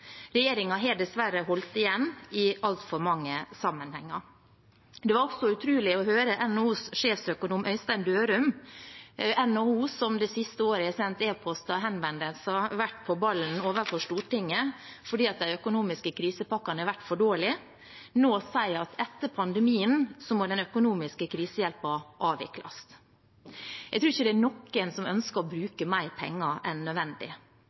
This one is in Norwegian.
har dessverre holdt igjen i altfor mange sammenhenger. Det var også utrolig å høre NHOs sjefsøkonom Øystein Dørum – NHO, som det siste året har sendt e-poster og henvendelser og vært på ballen overfor Stortinget fordi de økonomiske krisepakkene har vært for dårlige – nå si at etter pandemien må den økonomiske krisehjelpen avvikles. Jeg tror ikke det er noen som ønsker å bruke mer penger enn nødvendig,